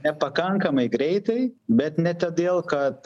nepakankamai greitai bet ne todėl kad